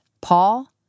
Paul